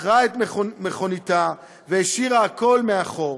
מכרה את מכוניתה והשאירה הכול מאחור.